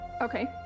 Okay